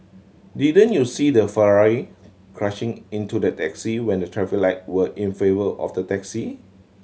didn't you see the Ferrari crashing into the taxi when the traffic light were in favour of the taxi